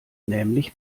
nämlich